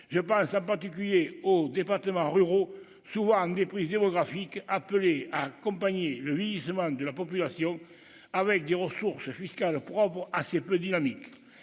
je pense à particulier aux départements ruraux souvent déprise démographique accompagner le vieillissement de la population avec des ressources fiscales propres assez peu dynamique,